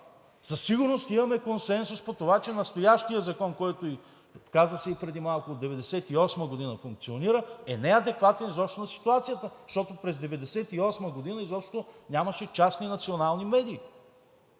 Със сигурност имаме консенсус по това, че настоящият закон, който е, каза се и преди малко – от 1998 г. функционира, е неадекватен изобщо на ситуацията, защото през 1998 г. изобщо нямаше частни национални медии.